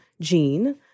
gene